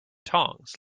tongs